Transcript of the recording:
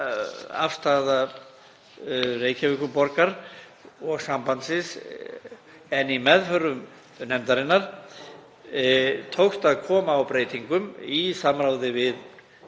afstaða Reykjavíkurborgar og sambandsins en í meðförum nefndarinnar tókst að koma á breytingum í samráði við